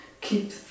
keep